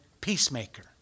peacemaker